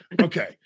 Okay